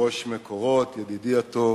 יושב-ראש "מקורות", ידידי הטוב,